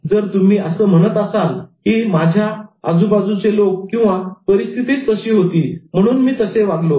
जर तुम्ही असं म्हणत असाल की कारण माझ्या आजूबाजूचे लोक किंवा परिस्थितीच तशी होती म्हणून मी कसे वागलो